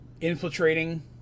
infiltrating